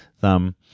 thumb